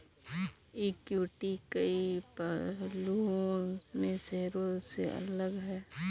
equity कई पहलुओं में शेयरों से अलग है